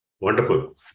Wonderful